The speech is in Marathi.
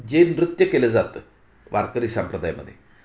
जे नृत्य केलं जातं वारकरी संप्रदायामध्ये